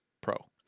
pro